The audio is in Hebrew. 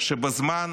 בזמן